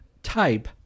type